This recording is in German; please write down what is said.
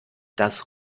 das